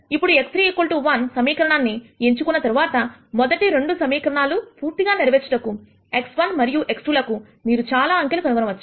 ఇప్పుడు x3 1 సమీకరణాన్ని ఎంచుకున్న తర్వాత మొదటి రెండు సమీకరణాలు పూర్తిగా నెరవేర్చుటకు x1 మరియు x2 లకు మీరు చాలా అంకెలు కనుగొనవచ్చు